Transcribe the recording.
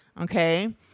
Okay